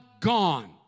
gone